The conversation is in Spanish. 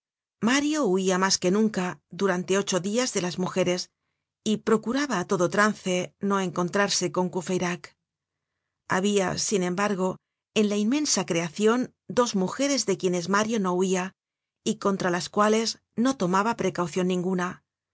mario huia mas que nunca durante ocho dias de las mujeres y procuraba á todo trance no encontrarse con courfeyrac habia sin embargo en la inmensa creacion dos mujeres de quienes mario no huia y contra las cuales no tomaba precaucion ninguna